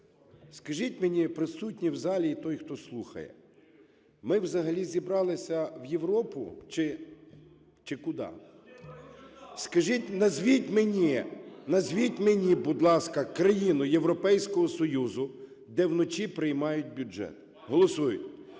Скажіть мені, присутні в залі і той, хто слухає, ми взагалі зібралися в Європу чи куди? Назвіть мені, будь ласка, країну Європейського Союзу, де вночі приймають бюджет, голосують.